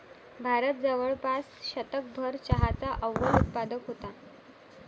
भारत जवळपास शतकभर चहाचा अव्वल उत्पादक होता